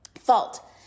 fault